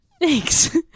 Thanks